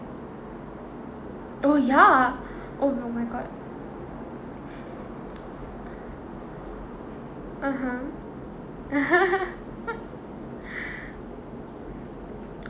oh ya oh my god (uh huh)